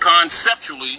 Conceptually